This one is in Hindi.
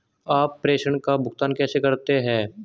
आप प्रेषण का भुगतान कैसे करते हैं?